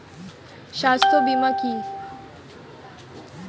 স্বাস্থ্য বীমা কি?